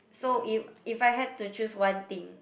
so if if I had to choose one thing